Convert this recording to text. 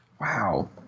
wow